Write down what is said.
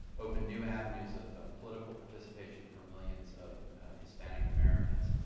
opened new avenues of political participation for millions of hispanic americans.